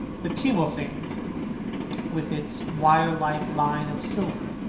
the cymophane with its wirelike line of silver,